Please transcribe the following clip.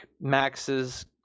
max's